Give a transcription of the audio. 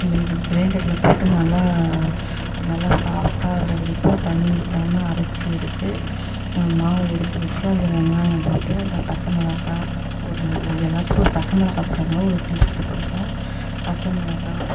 கிரைண்டர்ல போட்டு நல்லா நல்லா சாஃப்ட்டாக வர வரைக்கும் தண்ணி ஊத்தாமல் அரைத்து எடுத்து மாவு எடுத்து வைச்சி அதில் வெங்காயம் போட்டு அதில் பச்சைமிளகா ஒரு ஒரு எல்லாத்துலேயும் ஒரு பச்சைமிளகா போட்டால் தான் ஒரு டேஸ்ட்டு கொடுக்கும் பச்சைமிளகா